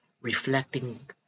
reflecting